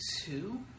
two